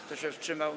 Kto się wstrzymał?